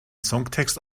songtext